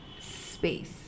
space